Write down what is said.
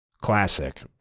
classic